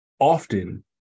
Often